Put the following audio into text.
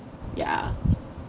ya